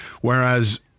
whereas